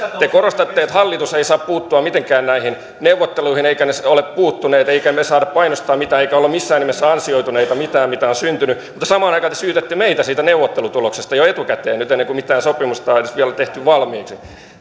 te korostatte että hallitus ei saa puuttua mitenkään näihin neuvotteluihin eikä se niihin ole puuttunut emmekä me saa painostaa mitään emmekä olla missään nimessä ansioituneita mistään mitä on syntynyt mutta samaan aikaan te syytätte meitä siitä neuvottelutuloksesta jo etukäteen nyt ennen kuin mitään sopimusta on edes vielä tehty valmiiksi